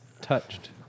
touched